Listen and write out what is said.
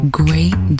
great